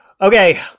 Okay